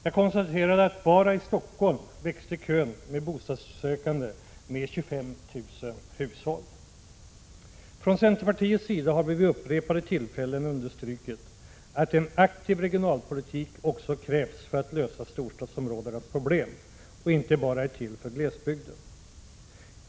Jag konstaterade att ”bara i Stockholm växte kön med bostadssökande med ca 25 000 hushåll”. Från centerpartiets sida har vi vid upprepade tillfällen understrukit att en aktiv regionalpolitik också krävs för att lösa storstadsområdenas problem och inte bara är till för glesbygden.